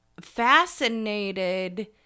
fascinated